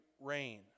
rain